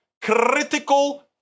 Critical